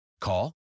Call